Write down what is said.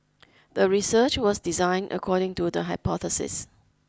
the research was designed according to the hypothesis